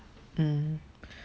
mm